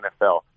NFL